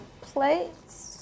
plates